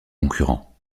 concurrents